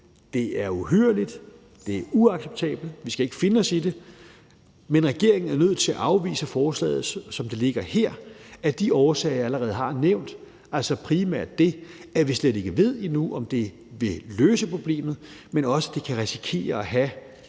Det er uhyrligt, det er uacceptabelt, og vi skal ikke finde os i det, men regeringen er nødt til at afvise forslaget, som det ligger her, af de årsager, som jeg allerede har nævnt, altså primært det, at vi slet ikke ved endnu, om det vil løse problemet, men også det, at det kan risikere at have